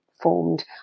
Formed